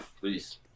Please